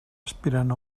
aspirant